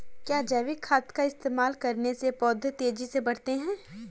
क्या जैविक खाद का इस्तेमाल करने से पौधे तेजी से बढ़ते हैं?